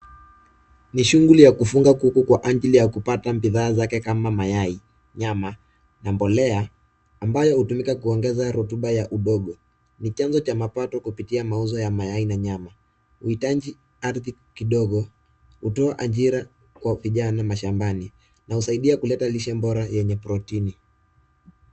Ni shughuli ya kufuga kuku kwa ajili ya kupata bidhaa zake kama mayai, nyama na mbolea amabyo hutumika kuongeza rutuba ya udongo. Ni chanzo cha mapato kupitia mauzo ya mayai na nyama. Huhutaji ardhi kidogo. Hutoa ajira kwa vijana mashambani na husaidia kuleta lishe bora yenye protini.